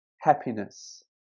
happiness